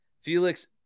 Felix